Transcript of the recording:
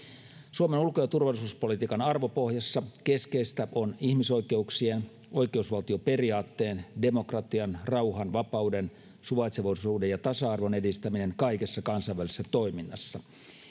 suomen ulko ja turvallisuuspolitiikan arvopohjassa keskeistä on ihmisoikeuksien oikeusvaltioperiaatteen demokratian rauhan vapauden suvaitsevaisuuden ja tasa arvon edistäminen kaikessa kansainvälisessä toiminnassa